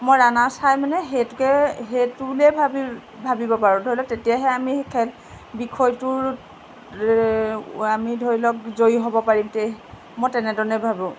মই runner's high মানে সেইটোকে সেইটো বুলিয়েই ভাবি ভাবিব পাৰোঁ ধৰি লওক তেতিয়াহে আমি খেল বিষয়টোৰ আমি ধৰি লওক জয়ী হ'ব পাৰিম মই তেনেধৰণে ভাবোঁ